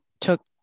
took